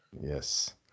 Yes